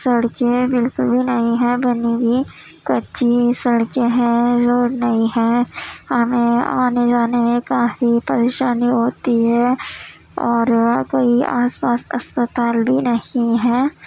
سڑکیں باکل بھی نہیں ہیں بنی ہوئی کچی سڑکیں ہیں روڈ نہیں ہے ہمیں آنے جانے میں کافی پریشانی ہوتی ہے اور کوئی آس پاس اسپتال بھی نہیں ہے